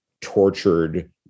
tortured